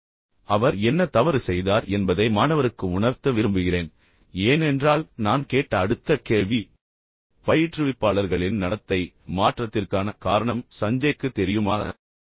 எனவே அவர் என்ன தவறு செய்தார் என்பதை மாணவருக்கு உணர்த்த விரும்புகிறேன் ஏனென்றால் நான் கேட்ட அடுத்த கேள்வி பயிற்றுவிப்பாளர்களின் நடத்தை மாற்றத்திற்கான காரணம் சஞ்சய்க்குத் தெரியுமா